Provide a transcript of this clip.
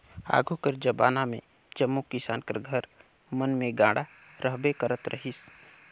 आघु कर जबाना मे जम्मो किसान कर घर मन मे गाड़ा रहबे करत रहिस